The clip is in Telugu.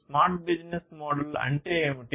స్మార్ట్ బిజినెస్ మోడల్ అంటే ఏమిటి